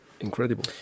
incredible